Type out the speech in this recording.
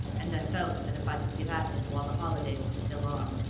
and i felt that if i could get at him while the holidays were still on,